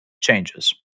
changes